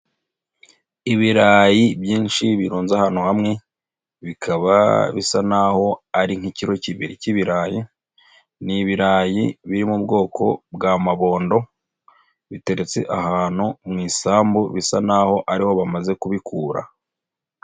Ibirayi byinshi birunze ahantu hamwe bikaba bisa naho ari nk'ikiro kibiri cy'ibirayi, ni ibirayi biri mu bwoko bwa mabondo biteretse ahantu mu isambu bisa n'aho ariho bamaze kubikura.